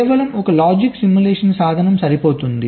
కేవలం ఒక logic simulation సాధనం సరిపోతుంది